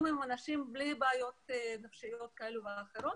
גם אנשים שהם בלי בעיות נפשיות כאלה ואחרות,